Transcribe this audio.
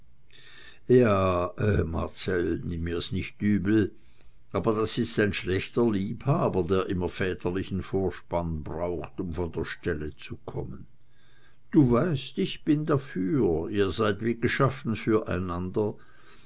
ja marcell nimm mir's nicht übel aber das ist ein schlechter liebhaber der immer väterlichen vorspann braucht um von der stelle zu kommen du weißt ich bin dafür ihr seid wie geschaffen füreinander